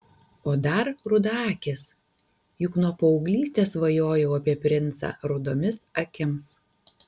o dar rudaakis juk nuo paauglystės svajojau apie princą rudomis akims